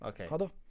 Okay